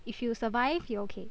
if you survive you're okay